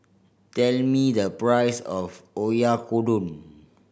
tell me the price of Oyakodon